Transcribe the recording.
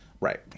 Right